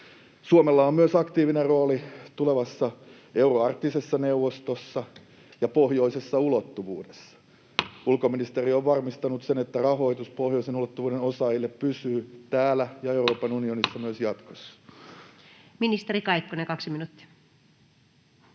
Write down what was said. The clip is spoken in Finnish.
Suomella on myös aktiivinen rooli tulevassa euroarktisessa neuvostossa ja pohjoisessa ulottuvuudessa. Ulkoministeriö on varmistanut sen, että rahoitus pohjoisen ulottuvuuden osaajille pysyy täällä ja Euroopan unionissa [Puhemies